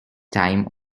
time